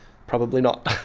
probably not.